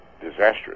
disastrous